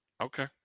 Okay